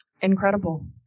Incredible